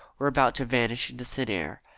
were about to vanish into thin air.